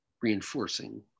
Reinforcing